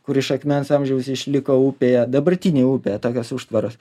kur iš akmens amžiaus išliko upėje dabartinėj upėje tokios užtvaros